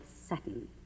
satin